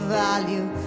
value